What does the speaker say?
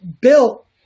built